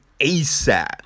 ASAP